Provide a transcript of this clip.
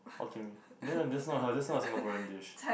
Hokkien-Mee no no that's not a that's not a Singaporean dish